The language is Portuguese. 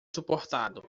suportado